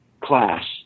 class